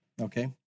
okay